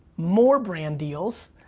more brand deals,